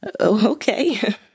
Okay